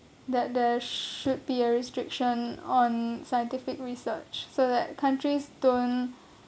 that there should be a restriction on scientific research so that countries don't